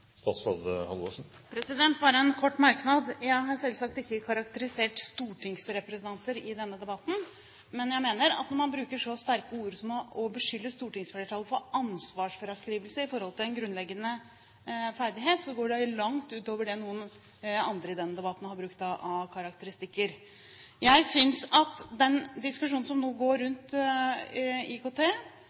Bare en kort merknad. Jeg har selvsagt ikke karakterisert stortingsrepresentanter i denne debatten. Men jeg mener at når man bruker så sterke ord som å beskylde stortingsflertallet for «ansvarsfraskrivelse» i forhold til en grunnleggende ferdighet, så går det langt ut over det noen andre i denne debatten har brukt av karakteristikker. Jeg synes at i den diskusjonen som nå går rundt IKT,